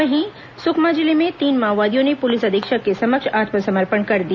वहीं सुकमा जिले में तीन माओवादियों ने पुलिस अधीक्षक के समक्ष आत्मसमर्पण कर दिया